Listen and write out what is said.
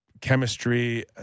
chemistry